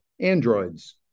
Androids